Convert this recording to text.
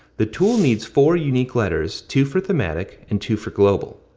the tool needs four unique letters, two for thematic, and two for global.